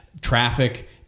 traffic